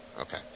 Okay